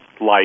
light